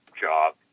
job